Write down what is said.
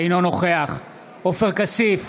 אינו נוכח עופר כסיף,